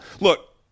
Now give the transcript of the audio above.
Look